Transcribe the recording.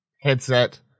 headset